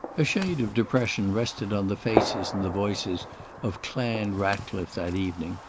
a shade of depression rested on the faces and the voices of clan ratcliffe that evening,